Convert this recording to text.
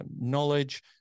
knowledge